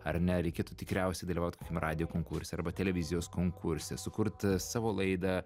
ar ne reikėtų tikriausiai dalyvaut kokiam radijo konkurse arba televizijos konkurse sukurti savo laidą